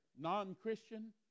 non-Christian